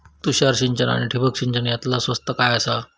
तुषार सिंचन आनी ठिबक सिंचन यातला स्वस्त काय आसा?